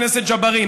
חבר הכנסת ג'בארין,